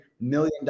million